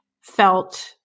felt